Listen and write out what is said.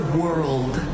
world